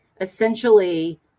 essentially